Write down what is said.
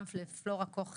גם פלורה קוך-דוידוביץ,